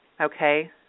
Okay